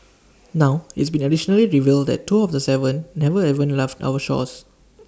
now it's been additionally revealed that two of the Seven never even left our shores